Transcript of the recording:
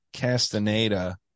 Castaneda